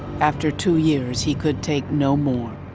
after two years, he could take no more.